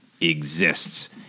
exists